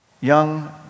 young